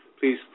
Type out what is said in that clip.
please